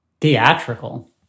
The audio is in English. Theatrical